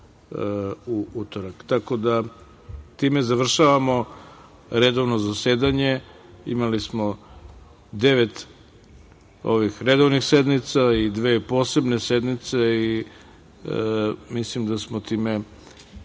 u utorak. Time završavamo redovno zasedanje. Imali smo devet redovnih sednica i dve posebne sednice i mislim da smo time